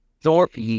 Thorpe